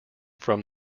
from